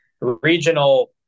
regional